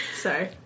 Sorry